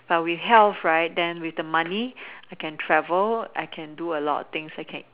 but with health right then with the money I can travel I can do a lot of things I can